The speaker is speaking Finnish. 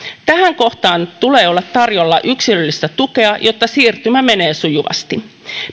tähän kohtaan tulee olla tarjolla yksilöllistä tukea jotta siirtymä menee sujuvasti